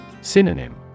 Synonym